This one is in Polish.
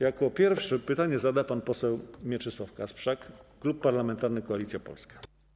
Jako pierwszy pytanie zada pan poseł Mieczysław Kasprzak, Klub Parlamentarny Koalicja Polska.